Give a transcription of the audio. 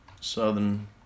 Southern